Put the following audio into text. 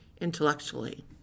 intellectually